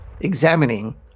examining